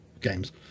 games